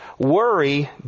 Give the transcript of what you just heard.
Worry